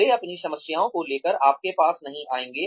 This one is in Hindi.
वे अपनी समस्याओं को लेकर आपके पास नहीं आएंगे